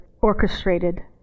orchestrated